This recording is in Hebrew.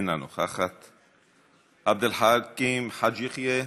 אינה נוכחת, עבד אל חכים חאג' יחיא,